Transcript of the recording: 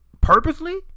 purposely